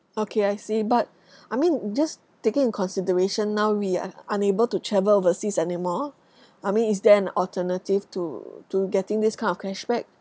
okay I see but I mean just taking in consideration now we are unable to travel overseas anymore I mean is there an alternative to to getting this kind of cashback